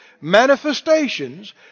manifestations